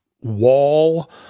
wall